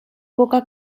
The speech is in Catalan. poca